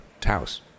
Taos